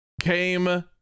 came